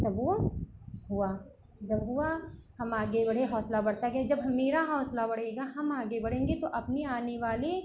तब वह हुआ जब हुआ हम आगे बढ़े हौसला बढ़ता गया जब हं मेरा हौसला बढ़ेगा हम आगे बढ़ेंगे तो अपनी आने वाली